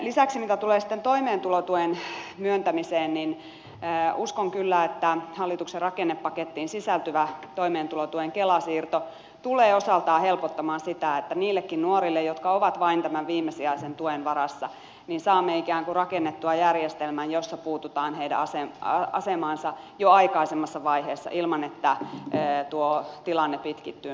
lisäksi mitä tulee sitten toimeentulotuen myöntämiseen niin uskon kyllä että hallituk sen rakennepakettiin sisältyvä toimeentulotuen kela siirto tulee osaltaan helpottamaan sitä että niillekin nuorille jotka ovat vain tämän viimesijaisen tuen varassa saamme ikään kuin rakennettua järjestelmän jossa puututaan heidän asemaansa jo aikaisemmassa vaiheessa ilman että tuo tilanne pitkittyy nuorten osalta